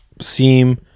seam